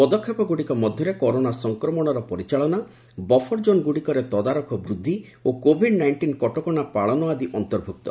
ପଦକ୍ଷେପଗୁଡ଼ିକ ମଧ୍ୟରେ କରୋନା ସଫକ୍ରମଣର ପରିଚାଳନା ବଫର ଜୋନ୍ ଗୁଡ଼ିକରେ ତଦାରଖ ବୃଦ୍ଧି ଓ କୋଭିଡ୍ ନାଇଷ୍ଟିନ୍ କଟକଣା ପାଳନ ଆଦି ଅନ୍ତର୍ଭୁକ୍ତ